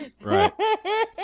Right